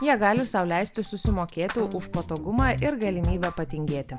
jie gali sau leisti susimokėti už patogumą ir galimybę patingėti